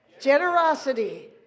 generosity